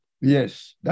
Yes